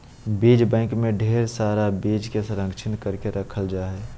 बीज बैंक मे ढेर सारा बीज के संरक्षित करके रखल जा हय